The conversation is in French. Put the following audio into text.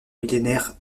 millénaire